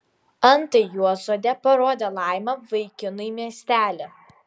antai juodsodė parodė laima vaikinui miestelį